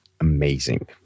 amazing